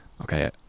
okay